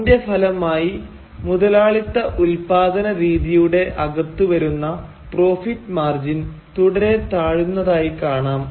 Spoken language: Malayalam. അതിന്റെ ഫലമായി മുതലാളിത്ത ഉത്പാദന രീതിയുടെ അകത്തു വരുന്ന പ്രോഫിറ്റ് മാർജിൻ തുടരെ താഴുന്നതായി കാണാം